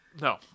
No